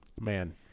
Man